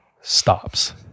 stops